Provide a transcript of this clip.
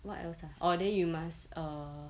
what else ah orh then you must err